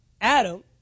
Adam